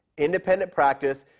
independent practice,